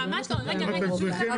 זה גם לא קיים באירופה.